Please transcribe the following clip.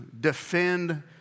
defend